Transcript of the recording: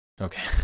Okay